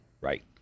Right